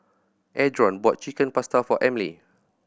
Adron bought Chicken Pasta for Emily